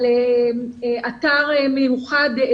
על אתר מיוחד,